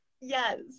Yes